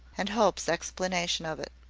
and hope's explanation of it.